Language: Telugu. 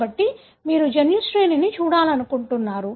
కాబట్టి మీరు జన్యు శ్రేణిని చూడాలనుకుంటున్నారు